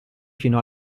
fino